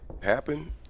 happen